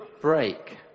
break